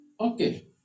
okay